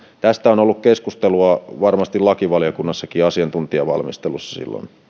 tästä on ollut keskustelua varmasti lakivaliokunnassakin asiantuntijavalmistelussa